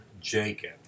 Jacob